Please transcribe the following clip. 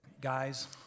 Guys